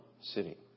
City